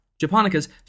Japonicas